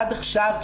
עד עכשיו,